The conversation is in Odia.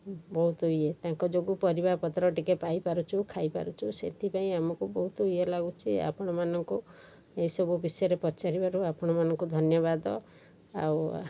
ବହୁତ ଇଏ ତାଙ୍କ ଯୋଗୁଁ ପରିବାପତ୍ର ଟିକେ ପାଇପାରୁଛୁ ଖାଇପାରୁଛୁ ସେଥିପାଇଁ ଆମକୁ ବହୁତ ଇଏ ଲାଗୁଛି ଆପଣମାନଙ୍କୁ ଏସବୁ ବିଷୟରେ ପଚାରିବାରୁ ଆପଣମାନଙ୍କୁ ଧନ୍ୟବାଦ ଆଉ